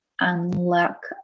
unlock